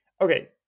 Okay